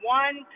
one